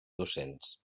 docents